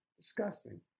Disgusting